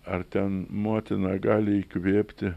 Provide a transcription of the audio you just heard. ar ten motina gali įkvėpti